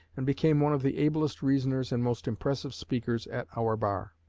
and became one of the ablest reasoners and most impressive speakers at our bar.